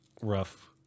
Rough